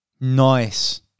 Nice